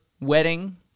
wedding